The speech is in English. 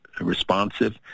responsive